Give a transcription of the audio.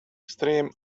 stream